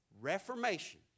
Reformation